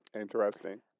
interesting